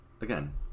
Again